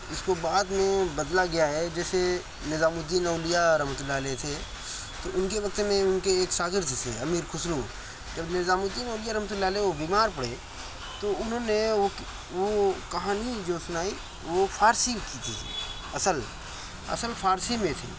اس کو بعد میں بدلا گیا ہے جیسے نظام الدین اولیاء رحمتہ اللہ علیہ تھے تو ان کے وقت میں ان کے ایک شاگرد تھے امیر خسرو جب نظام الدین اولیاء رحمتہ اللہ علیہ وہ بیمار پڑے تو انہوں نے وہ وہ کہانی جو سنائی وہ فارسی کی تھی اصل اصل فارسی میں تھی